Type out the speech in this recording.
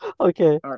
Okay